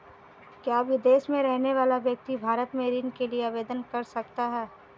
क्या विदेश में रहने वाला व्यक्ति भारत में ऋण के लिए आवेदन कर सकता है?